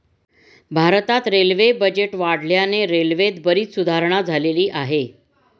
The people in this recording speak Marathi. भारतात रेल्वे बजेट वाढल्याने रेल्वेत बरीच सुधारणा झालेली आहे